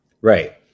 Right